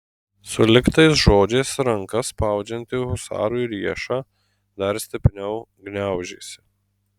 sulig tais žodžiais ranka spaudžianti husarui riešą dar stipriau gniaužėsi